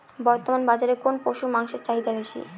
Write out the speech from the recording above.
বর্তমান বাজারে কোন পশুর মাংসের চাহিদা বেশি?